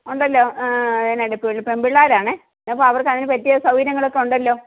ഉണ്ടല്ലോ അതിനകത്ത് പെൺപിള്ളേരാണ് അപ്പോൾ അവർക്ക് അതിന് പറ്റിയ സൗകര്യങ്ങളൊക്കെ ഉണ്ടല്ലോ